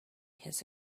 his